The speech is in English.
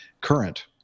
current